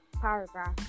paragraph